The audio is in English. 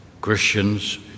Christians